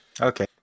Okay